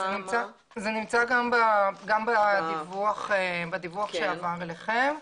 זה נמצא גם בדיווח שעבר ביניכם.